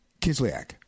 Kislyak